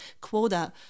quota